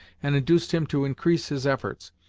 and induced him to increase his efforts.